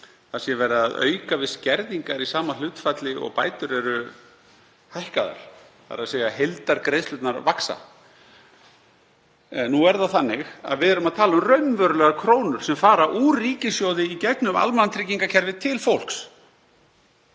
það sé verið að auka við skerðingar í sama hlutfalli og bætur eru hækkaðar, þ.e. heildargreiðslurnar vaxa. Nú er það þannig að við erum að tala um raunverulegar krónur sem fara úr ríkissjóði í gegnum almannatryggingakerfið til fólks